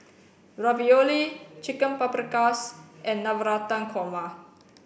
Ravioli Chicken Paprikas and Navratan Korma